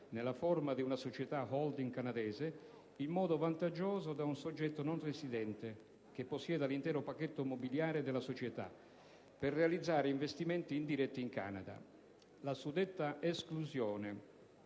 nella forma di una società *holding* canadese) in modo vantaggioso da un soggetto non residente (che possieda l'intero pacchetto mobiliare della società) per realizzare investimenti indiretti in Canada. La suddetta esclusione